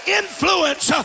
influence